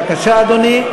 בבקשה, אדוני.